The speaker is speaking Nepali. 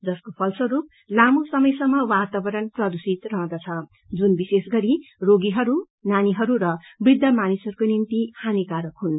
जसको फलस्वरूप लामो समयसम्म वातावरण प्रदूर्षित रहँदछ जुन विशेषगरी रोगीहरू नानीहरू र वृद्ध मानिसहरूको निम्ति हानिकारक हुन्